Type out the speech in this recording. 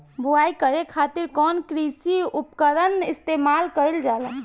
बुआई करे खातिर कउन कृषी उपकरण इस्तेमाल कईल जाला?